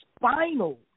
spinal